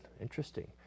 interesting